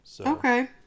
Okay